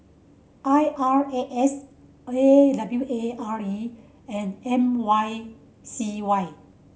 I R A S A W A R E and M Y C Y